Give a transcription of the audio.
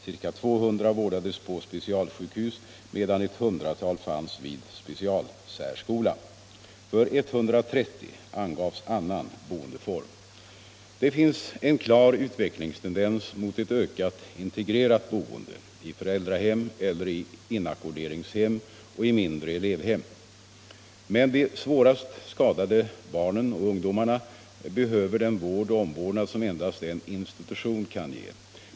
Ca 200 vårdades på specialsjukhus, medan ett hundratal fanns vid specialsärskola. För 130 angavs annan boendeform. Det finns en klar utvecklingstendens mot ett ökat integrerat boende, i föräldrahem eller i inackorderingshem och i mindre elevhem. Men de svårast skadade barnen och ungdomarna behöver den vård och omvårdnad som endast en institution kan ge.